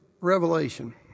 Revelation